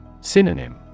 Synonym